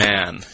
Man